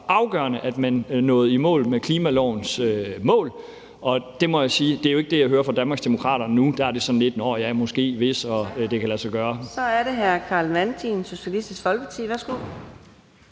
afgørende, at man nåede i mål med klimalovens mål. Og det må jeg sige ikke er det, jeg hører fra Danmarksdemokraterne nu; der er det sådan lidt: Nå ja, måske, hvis det kan lade sig gøre. Kl. 11:25 Fjerde næstformand (Karina